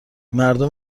مردم